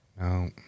No